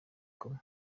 kumwe